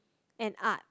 and art